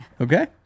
Okay